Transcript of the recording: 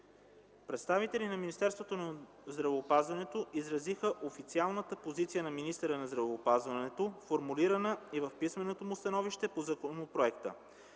Представителите на Министерството на здравеопазването изразиха официалната позиция на министъра на здравеопазването, формулирана и в писменото му становище по законопроекта,